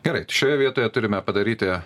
gerai šioje vietoje turime padaryti